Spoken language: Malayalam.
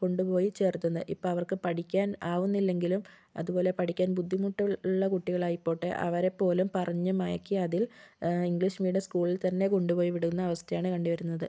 കൊണ്ട് പോയി ചേർത്തുന്നത് ഇപ്പം അവർക്ക് പഠിക്കാൻ ആകുന്നില്ലെങ്കിലും അതുപോലെ പഠിക്കാൻ ബുദ്ധിമുട്ടുള്ള കുട്ടികളായിക്കോട്ടെ അവരെപ്പോലും പറഞ്ഞ് മയക്കി അതിൽ ഇംഗ്ലീഷ് മീഡിയം സ്കൂളിൽ തന്നെ കൊണ്ട് പോയി വിടുന്ന അവസ്ഥയാണ് കണ്ട് വരുന്നത്